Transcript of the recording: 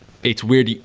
it's weird,